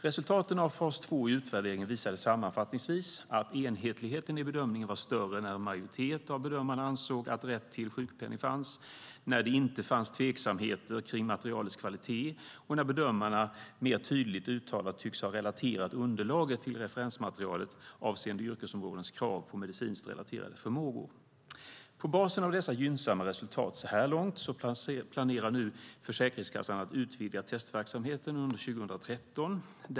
Resultaten av fas 2 i utvärderingen visade sammanfattningsvis att enhetligheten i bedömningen var större än en majoritet av bedömarna ansåg, att rätt till sjukpenning fanns när det inte fanns tveksamheter kring materialets kvalitet och när bedömarna mer tydligt uttalat tycks ha relaterat underlaget till referensmaterialet avseende yrkesområdens krav på medicinskt relaterade förmågor. På basen av dessa gynnsamma resultat så här långt planerar nu Försäkringskassan att utvidga testverksamheten under 2013.